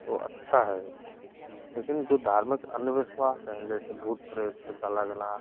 तो अच्छा है लेकिन जो धार्मिक अंधविश्वास है जैसे भूत प्रेत का लगना